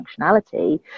functionality